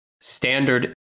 standard